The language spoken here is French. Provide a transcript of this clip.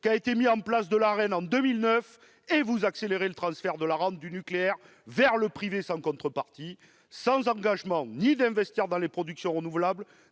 la mise en place de l'Arenh en 2009 et vous accélérez le transfert de la rente du nucléaire vers le privé sans contrepartie, sans engagement d'investir dans des productions renouvelables,